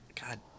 God